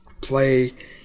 play